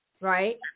right